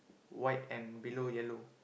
white and below yellow